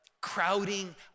crowding